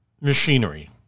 machinery